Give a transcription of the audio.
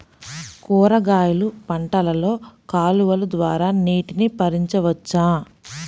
కూరగాయలు పంటలలో కాలువలు ద్వారా నీటిని పరించవచ్చా?